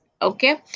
Okay